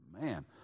Man